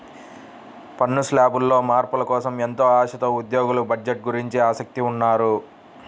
పన్ను శ్లాబుల్లో మార్పుల కోసం ఎంతో ఆశతో ఉద్యోగులు బడ్జెట్ గురించి ఆసక్తిగా ఉన్నారు